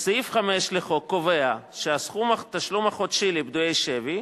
סעיף 5 לחוק קובע את סכום התשלום החודשי לפדוי שבי.